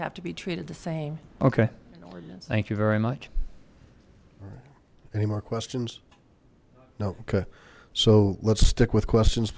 have to be treated the same ok thank you very much any more questions no so let's stick with questions